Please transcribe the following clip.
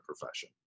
profession